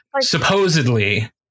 supposedly